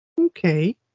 Okay